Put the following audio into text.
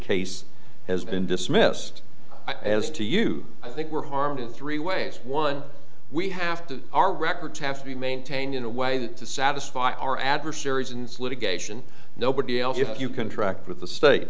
case has been dismissed as to you i think were harmed in three ways one we have to our records have to be maintained in a way that to satisfy our adversaries and litigation nobody else if you contract with the state